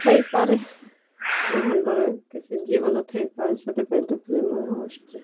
ଥାଇପାରେ ବ୍ରହ୍ମାଣ୍ଡରେ କିଛି ଜୀବନ ଥାଇପାରେ ସେଥିପାଇଁ ତ ଫିଲ୍ମ୍ ମାନେ ଆସିଛେ